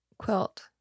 Quilt